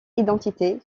identité